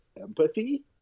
empathy